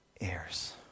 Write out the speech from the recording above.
heirs